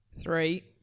Three